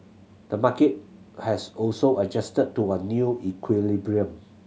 the market has also adjusted to a new equilibrium